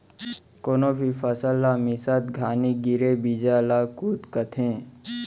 कोनो भी फसल ला मिसत घानी गिरे बीजा ल कुत कथें